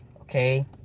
okay